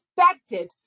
expected